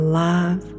love